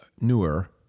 newer